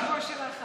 השבוע של החג.